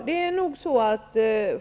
Herr talman!